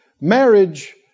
Marriage